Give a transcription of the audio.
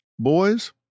Boys